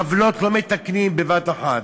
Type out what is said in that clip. עוולות לא מתקנים בבת אחת,